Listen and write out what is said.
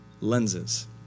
lenses